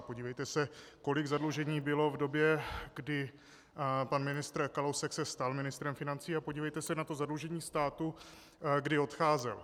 Podívejte se, kolik zadlužení bylo v době, kdy pan ministr Kalousek se stal ministrem financí, a podívejte se na to zadlužení státu, kdy odcházel.